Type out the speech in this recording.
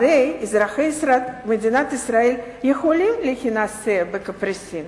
הרי אזרחי מדינת ישראל יכולים להינשא בקפריסין,